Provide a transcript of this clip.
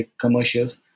commercials